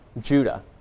Judah